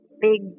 big